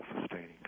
sustaining